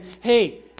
hey